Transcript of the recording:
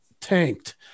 tanked